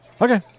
okay